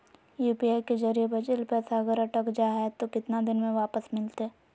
UPI के जरिए भजेल पैसा अगर अटक जा है तो कितना दिन में वापस मिलते?